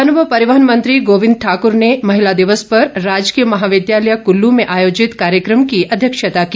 one व परिवहन मंत्री गोविंद ठाकर ने महिला दिवस पर राजकीय महाविद्यालय कुल्लू में आयोजित कार्यक्रम की अध्यक्षता की